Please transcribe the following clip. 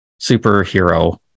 superhero